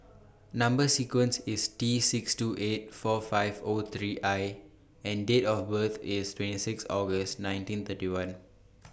Number sequence IS T six two eight four five O three I and Date of birth IS twenty six August nineteen thirty one